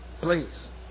please